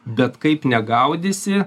bet kaip negaudysi